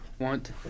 want